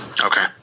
Okay